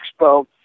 Expo